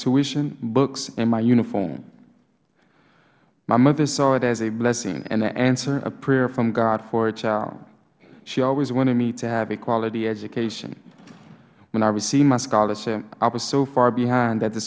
tuition books and my uniform my mother saw it as a blessing and an answer of prayer from god for her child she always wanted me to have a quality education when i received my scholarship i was so far behind that the